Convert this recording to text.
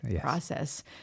process